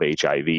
HIV